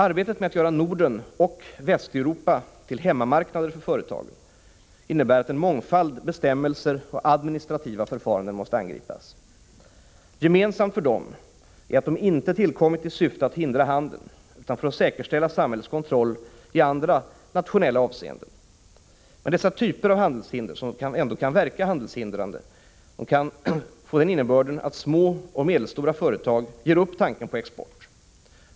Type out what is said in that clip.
Arbetet med att göra Norden och Västeuropa till hemmamarknader för företagen innebär att en mångfald bestämmelser och administrativa förfaranden måste angripas. Gemensamt för dem är att de inte tillkommit i syfte att hindra handeln utan för att säkerställa samhällets kontroll i andra nationella avseenden. Dessa typer av handelshinder kan verka så att de små och medelstora företagen ger upp tanken på export.